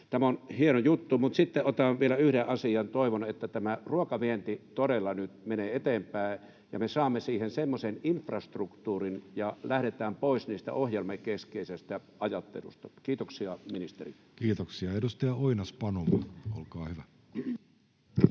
Tämä on hieno juttu. Mutta sitten otan vielä yhden asian. Toivon, että tämä ruokavienti todella nyt menee eteenpäin ja me saamme siihen semmoisen infrastruktuurin ja lähdetään pois ohjelmakeskeisestä ajattelusta. — Kiitoksia ministerille. [Speech 174] Speaker: